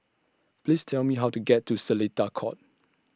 Please Tell Me How to get to Seletar Court